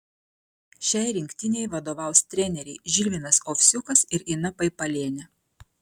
šiai rinktinei vadovaus treneriai žilvinas ovsiukas ir ina paipalienė